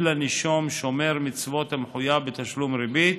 לנישום שומר מצוות המחויב בתשלום הריבית